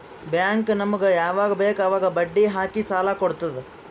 bank ನಮುಗ್ ಯವಾಗ್ ಬೇಕ್ ಅವಾಗ್ ಬಡ್ಡಿ ಹಾಕಿ ಸಾಲ ಕೊಡ್ತುದ್